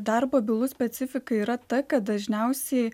darbo bylų specifika yra ta kad dažniausiai